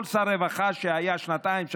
כל שר רווחה שהיה שר שנתיים,